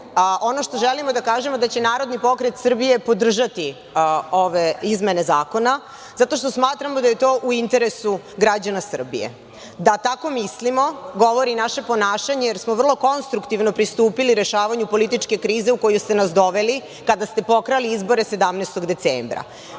ono što želimo da kažemo da će Narodni pokret Srbije podržati ove izmene zakona zato što smatramo da je to u interesu građana Srbije. Da tako mislimo govori naše ponašanje, jer smo vrlo konstruktivno pristupili rešavanju političke krize u koju ste nas doveli kada ste pokrali izbore 17. decembra.